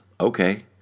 Okay